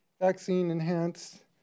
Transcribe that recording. vaccine-enhanced